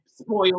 spoil